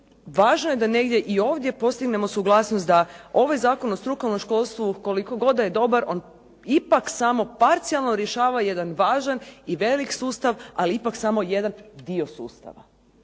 važno je da negdje i ovdje postignemo suglasnost da ovaj Zakon o strukovnom školstvu, koliko god da je dobar, on ipak samo parcijalno rješava jedan važan i velik sustav, ali ipak samo jedan dio sustava.